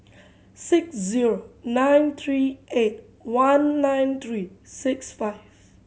six zero nine three eight one nine three six five